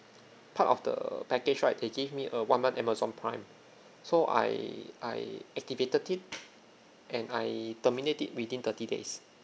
part of the package right they gave me a one month amazon prime so I I activated it and I terminate it within thirty days